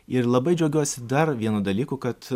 ir labai džiaugiuosi dar vienu dalyku kad